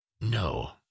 No